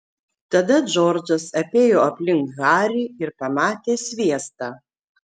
tada džordžas apėjo aplink harį ir pamatė sviestą